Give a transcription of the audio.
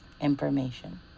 information